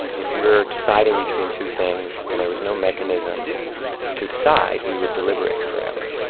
if we're deciding between two things and there was no mechanism to decide, we would deliberate forever.